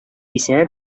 исенә